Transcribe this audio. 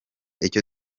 icyo